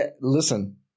Listen